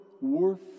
worth